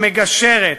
המגשרת,